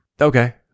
Okay